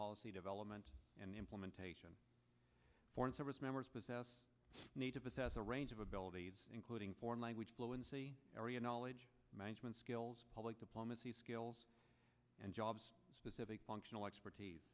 policy development and implementation foreign service members possess need to possess a range of abilities including foreign language fluency area knowledge management skills public diplomacy skills and jobs specific functional expertise